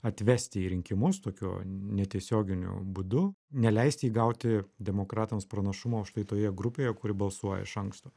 atvesti į rinkimus tokiu netiesioginiu būdu neleisti įgauti demokratams pranašumo o štai toje grupėje kuri balsuoja iš anksto